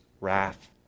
wrath